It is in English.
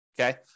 okay